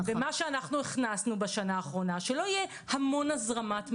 ומה שאנחנו הכנסנו בשנה האחרונה זה שלא יהיה המון הזרמת מידע,